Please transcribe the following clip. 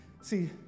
See